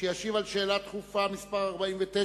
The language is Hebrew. שישיב על שאלה דחופה מס' 49,